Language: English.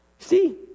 See